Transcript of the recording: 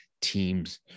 teams